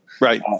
Right